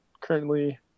currently